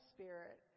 Spirit